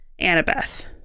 Annabeth